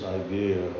idea